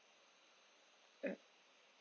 mm